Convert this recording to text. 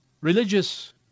Religious